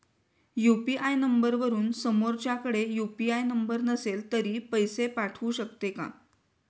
UPI नंबरवरून समोरच्याकडे UPI number नसेल तरी पैसे पाठवू शकते का?